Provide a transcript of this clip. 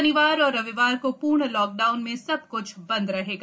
शनिवार और रविवार को पूर्ण लॉकडाउन में सब कुछ बंद रहेगा